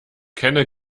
kenne